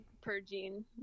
purging